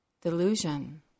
delusion